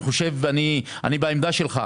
אני בעמדתך.